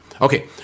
Okay